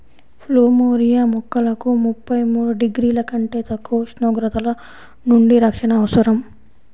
plumeria మొక్కలకు ముప్పై మూడు డిగ్రీల కంటే తక్కువ ఉష్ణోగ్రతల నుండి రక్షణ అవసరం